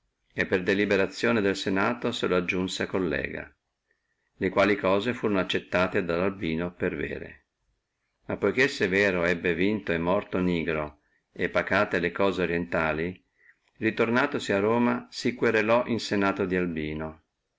e per deliberazione del senato se lo aggiunse collega le quali cose da albino furono accettate per vere ma poiché severo ebbe vinto e morto nigro e pacate le cose orientali ritornatosi a roma si querelò in senato come albino